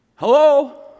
Hello